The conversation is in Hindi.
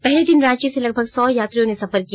पहले दिन रांची से लगभग सौ यात्रियों ने सफर किया